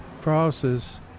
crosses